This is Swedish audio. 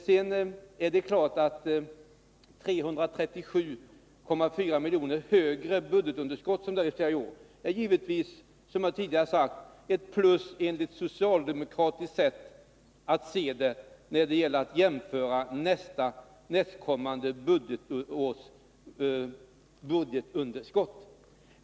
Sedan vill jag tillägga att med socialdemokraternas sätt att se det är en ökning av budgetunderskottet med 337,4 miljoner tydligen ett plus, jämfört med nästkommande års budgetunderskott.